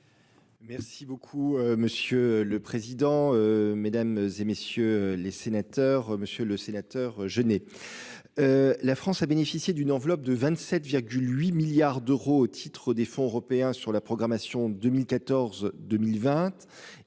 Merci beaucoup monsieur le président, Mesdames, et messieurs les sénateurs, Monsieur le Sénateur gêner. La France a bénéficié d'une enveloppe de 27 8 milliards d'euros au titre des fonds européens sur la programmation 2014 2020